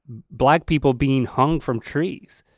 black people being hung from trees.